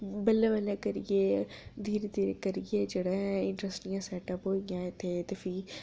बल्लें बल्लें करियै धीरे धीरे करियै जेह्ड़ा ऐ इंड्रस्टियां सैट्टअप होई गेइयां इत्थै ते फ्ही